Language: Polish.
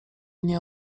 nie